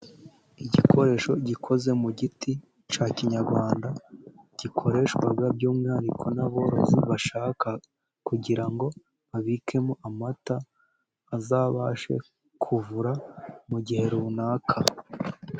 Igikoresho gikoze mu giti cya Kinyarwanda gikoreshwa by'umwihariko n'aborozi bashaka kugira ngo babikemo amata azabashe kuvura mu gihe runaka.